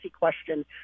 question